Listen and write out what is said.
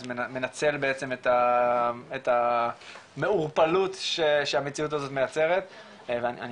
מנצל בעצם את מעורפלות שהמציאות הזאת מייצרת ואני